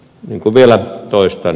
vielä toistan